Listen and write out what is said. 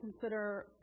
consider